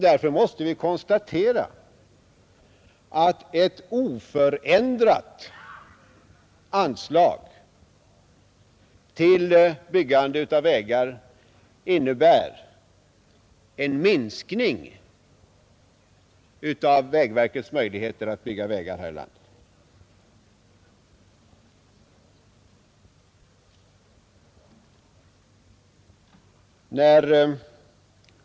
Därför måste ett oförändrat investeringsanslag innebära en minskning av vägverkets möjligheter att bygga vägar här i landet.